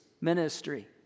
ministry